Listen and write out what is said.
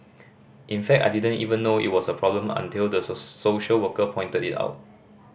in fact I didn't even know it was a problem until the social worker pointed it out